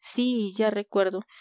sí ya recuerdo